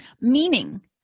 Meaning